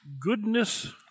goodness